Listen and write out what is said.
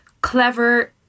clever